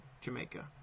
Jamaica